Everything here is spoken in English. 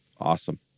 awesome